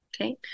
Okay